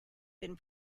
been